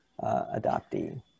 adoptee